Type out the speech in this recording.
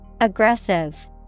Aggressive